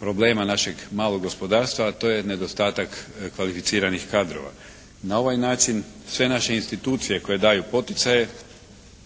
problema našeg malog gospodarstva a to je nedostatak kvalificiranih kadrova. Na ovaj način sve naše institucije koje daju poticaje